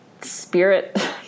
spirit